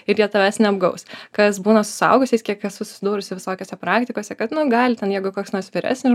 ir jie tavęs neapgaus kas būna su suaugusiais kiek esu susidūrusi visokiose praktikose kad nu gali ten jeigu koks nors vyresnis